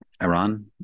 iran